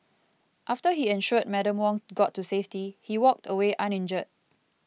after he ensured Madam Wong got to safety he walked away uninjured